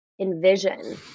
envision